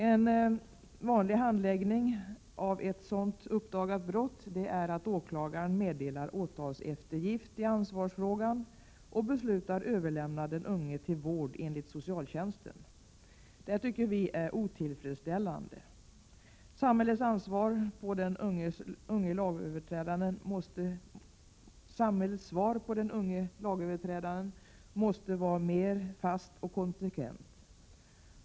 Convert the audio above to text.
En vanlig handläggning av ett sådant uppdagat brott är att åklagaren meddelar åtalseftergift i ansvarsfrågan och beslutar överlämna den unge till vård enligt socialtjänstlagen. Det tycker vi är otillfredsställande. Samhällets svar på den unges lagöverträdelse måste vara mera fast och konsekvent.